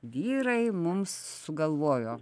vyrai mums sugalvojo